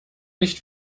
nicht